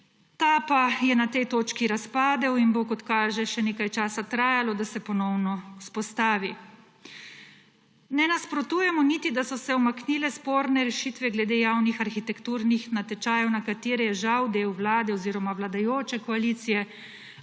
Ta pa je na tej točki razpadel in bo, kot kaže, še nekaj časa trajalo, da se ponovno vzpostavi. Ne nasprotujemo niti, da so se umaknile sporne rešitve glede javnih arhitekturnih natečajev, na katere je žal del vlade oziroma vladajoče koalicije